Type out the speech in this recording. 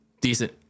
decent